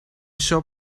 shop